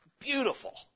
beautiful